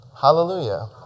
Hallelujah